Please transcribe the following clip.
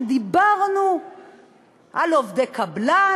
שדיברנו על עובדי קבלן,